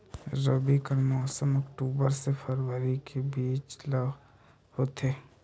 रबी कर मौसम अक्टूबर से फरवरी के बीच ल होथे